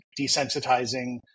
desensitizing